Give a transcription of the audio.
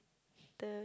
the